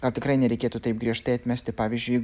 ar tikrai nereikėtų taip griežtai atmesti pavyzdžiui